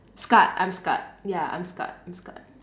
scarred I'm scarred ya I'm scarred scarred